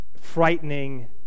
frightening